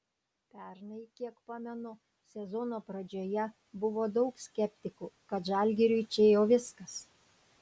pernai kiek pamenu sezono pradžioje buvo daug skeptikų kad žalgiriui čia jau viskas